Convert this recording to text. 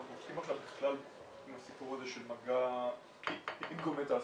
אבל אנחנו --- עם הסיפור הזה של מגע עם גורמי תעשיה,